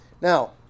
now